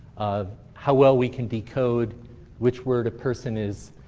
of how well we can decode which word a person is